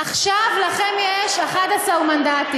עכשיו יש לכם 11 מנדטים,